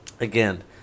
again